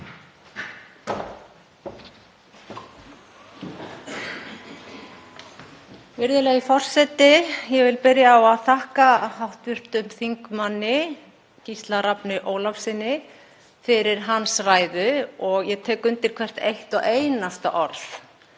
Virðulegi forseti. Ég vil byrja á að þakka hv. þm. Gísla Rafni Ólafssyni fyrir hans ræðu og ég tek undir hvert eitt og einasta orð.